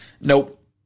Nope